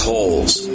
Holes